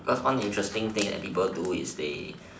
cause one interesting thing that people do is they